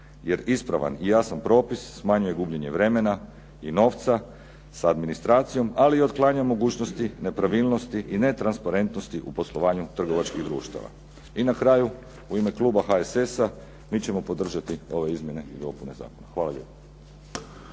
Jer ispravan i jasan propis smanjuje gubljenje vremena i novca, sa administracijom, ali otklanja mogućnosti nepravilnosti i netransparentnosti u poslovanju trgovačkih društava. I na kraju, u ime kluba HSS-a, mi ćemo podržati ove izmjene i dopune zakona. Hvala lijepo.